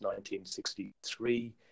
1963